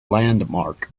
landmark